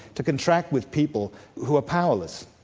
to contract with people who are powerless,